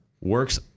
works